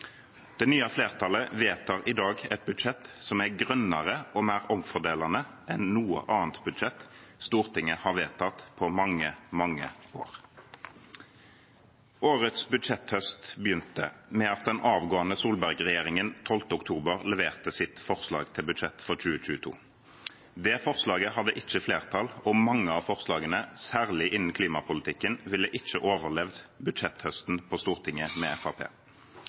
Det nye flertallet vedtar i dag et budsjett som er grønnere og mer omfordelende enn noe annet budsjett Stortinget har vedtatt på mange, mange år. Årets budsjetthøst begynte med at den avgående Solberg-regjeringen 12. oktober leverte sitt forslag til budsjett for 2022. Det forslaget hadde ikke flertall og mange av forslagene, særlig innen klimapolitikken, ville ikke overlevd budsjetthøsten på Stortinget med